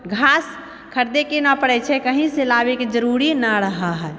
घास खरीदै के नहि पड़ै छै कहीं से लावेके जरूरी नहि रहा है